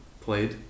played